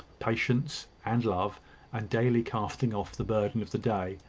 patience, and love and daily casting off the burden of the day,